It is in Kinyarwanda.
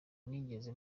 nigeze